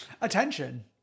Attention